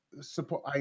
support